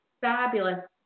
fabulous